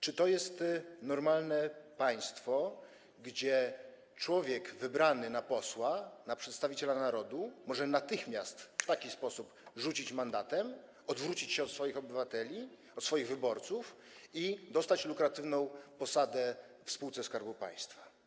Czy to jest normalne państwo, gdzie człowiek wybrany na posła, na przedstawiciela narodu, może natychmiast, ot tak, rzucić mandatem, odwrócić się od swoich obywateli, od swoich wyborców i dostać lukratywną posadę w spółce Skarbu Państwa?